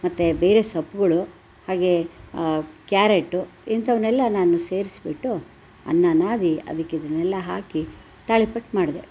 ಮತ್ತು ಬೇರೆ ಸೊಪ್ಪುಗಳು ಹಾಗೇ ಕ್ಯಾರೇಟು ಇಂಥವನ್ನೆಲ್ಲ ನಾನು ಸೇರಿಸ್ಬಿಟ್ಟು ಅನ್ನ ನಾದಿ ಅದಕ್ಕೆ ಇದನ್ನೆಲ್ಲ ಹಾಕಿ ತಾಳಿಪಟ್ಟು ಮಾಡಿದೆ